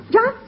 John